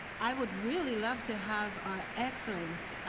i would really love to have our excellent